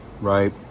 right